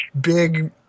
big